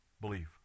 believe